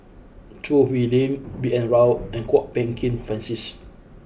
Choo Hwee Lim B N Rao and Kwok Peng Kin Francis